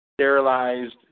sterilized